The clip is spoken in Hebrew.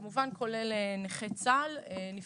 כמובן, כולל נכי צה"ל, נפגעי עבודה.